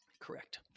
Correct